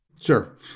Sure